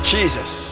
Jesus